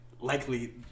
likely